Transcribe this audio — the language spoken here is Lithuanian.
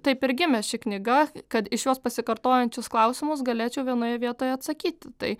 taip ir gimė ši knyga kad iš jos pasikartojančius klausimus galėčiau vienoje vietoje atsakyti tai